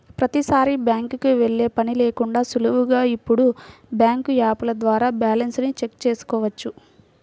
ప్రతీసారీ బ్యాంకుకి వెళ్ళే పని లేకుండానే సులువుగా ఇప్పుడు బ్యాంకు యాపుల ద్వారా బ్యాలెన్స్ ని చెక్ చేసుకోవచ్చు